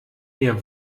mir